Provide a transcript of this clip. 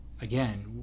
Again